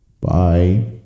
Bye